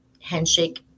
Handshake